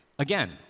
Again